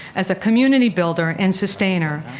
as a community builder and sustainer,